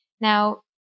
Now